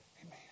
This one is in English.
Amen